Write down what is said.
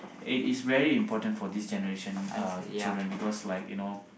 it is very important for this generation uh children because like you know